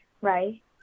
right